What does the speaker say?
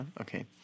Okay